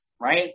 right